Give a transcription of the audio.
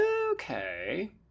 Okay